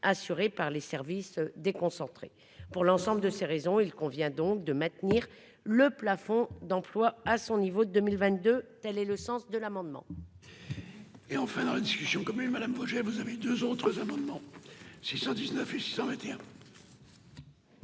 assurées par les services déconcentrés pour l'ensemble de ces raisons, il convient donc de maintenir le plafond d'emplois à son niveau de 2022 telle et le sens de l'amendement. Et enfin, dans les discussions, quand même Madame projet vous avez 2 autres amendements si 19 et 621.